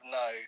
no